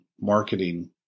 marketing